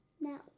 No